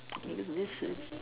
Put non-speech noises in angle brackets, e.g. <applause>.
<noise> this is